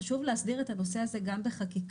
חשוב להסדיר את הנושא הזה גם בחקיקה